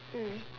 mm